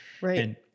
Right